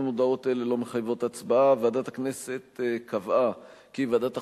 גם הודעות אלה לא מחייבות הצבעה: ועדת הכנסת קבעה כי ועדת החוקה,